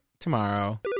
Tomorrow